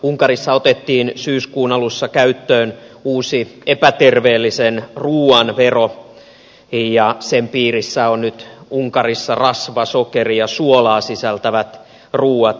unkarissa otettiin syyskuun alussa käyttöön uusi epäterveellisen ruuan vero ja sen piirissä ovat nyt unkarissa rasva sokeri ja suolaa sisältävät ruuat